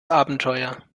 abenteuer